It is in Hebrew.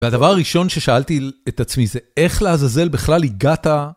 והדבר הראשון ששאלתי את עצמי, זה איך לעזאזל בכלל הגעת...